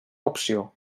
opció